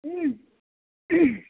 हूँ